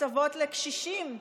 הקצבות לקשישים,